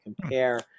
compare